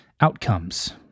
outcomes